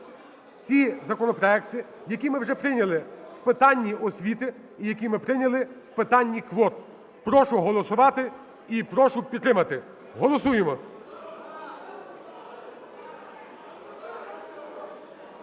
ці законопроекти, які ми вже прийняли в питанні освіти, і які ми прийняли в питанні квот. Прошу голосувати і прошу підтримати. Голосуємо.